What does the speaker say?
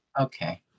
Okay